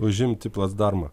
užimti placdarmą